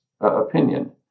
opinion